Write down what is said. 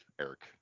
Eric